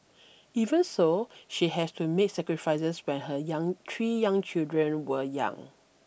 even so she has to make sacrifices when her young three young children were young